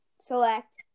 select